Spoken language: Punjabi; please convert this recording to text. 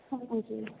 ਹਾਂਜੀ